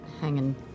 hanging